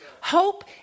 Hope